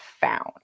found